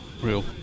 real